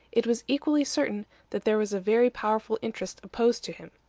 it was equally certain that there was a very powerful interest opposed to him.